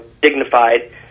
dignified